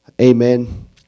amen